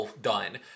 done